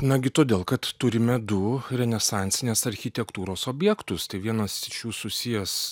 nagi todėl kad turime du renesansinės architektūros objektus tai vienas iš jų susijęs